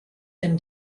been